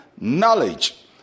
Knowledge